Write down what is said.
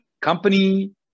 Company